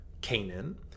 Canaan